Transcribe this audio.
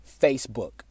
Facebook